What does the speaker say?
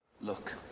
Look